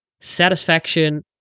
satisfaction